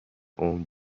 عمرت